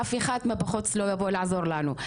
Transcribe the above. אף אחד מבחוץ לא יבוא לעזור לנו,